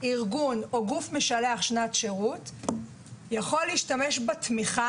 ארגון או גוף משלח שנת שירות יכול להשתמש בחלק מהתמיכה